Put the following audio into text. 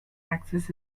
axis